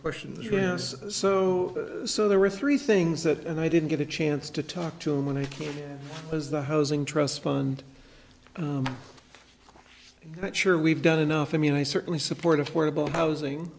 questions yes so so there were three things that and i didn't get a chance to talk to them when i came as the housing trust fund but sure we've done enough i mean i certainly support affordable housing